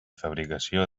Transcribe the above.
fabricació